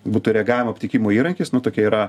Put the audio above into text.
būtų reagavimo aptikimo įrankis nu tokia yra